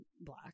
black